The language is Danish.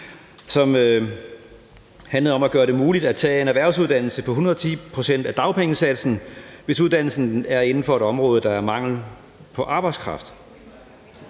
som handlede om at gøre det muligt at tage en erhvervsuddannelse til 110 pct. af dagpengesatsen, hvis uddannelsen er inden for et område, hvor der er mangel på arbejdskraft.